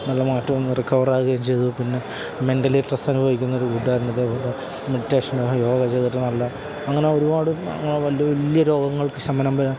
നല്ല മാറ്റം റിക്കവർ ആകുകയും ചെയ്തു പിന്നെ മെന്റലി സ്ട്രെസ്സ് അനുഭവിക്കുന്ന ഒരു കൂട്ടുകാരൻ ഇതേപോലെ മെഡിറ്റേഷൻ ഉള്ള യോഗ ചെയ്തിട്ട് നല്ല അങ്ങനെ ഒരുപാട് വലിയ വലിയ രോഗങ്ങള്ക്ക് ശമനം വരാന്